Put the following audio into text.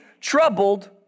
troubled